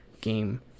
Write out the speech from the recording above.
game